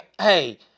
hey